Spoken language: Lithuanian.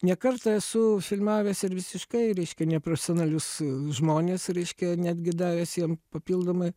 ne kartą esu filmavęs ir visiškai reiškia neprofesionalius žmones reiškia netgi davęs jiem papildomai